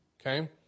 Okay